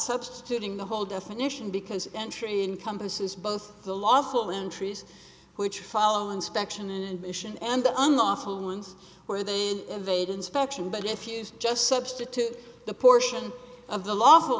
substituting the whole definition because entry in compass is both the lawful entries which follow inspection admission and the unlawful ones where they evade inspection but if you just substitute the portion of the lawful